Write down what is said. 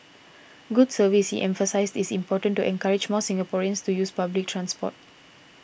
good service he emphasised is important to encourage more Singaporeans to use public transport